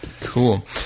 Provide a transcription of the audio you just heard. Cool